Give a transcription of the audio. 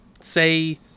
say